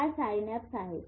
हा सायनॅप्स आहे